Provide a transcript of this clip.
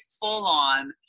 full-on